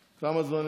המזכירה: